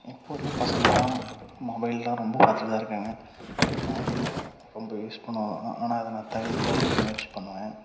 இப்போ உள்ள பசங்களாம் மொபைல்லாம் ரொம்ப பார்த்துட்டு தான் இருக்காங்க நான் கூட ரொம்ப யூஸ் பண்ணுவேன் ஆனால் ஆனால் அதை நான் தவிர்க்கிறதுக்கு முயற்சி பண்ணுவேன்